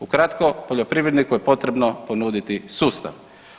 Ukratko, poljoprivredniku je potrebno ponuditi sustav.